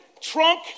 Trunk